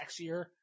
sexier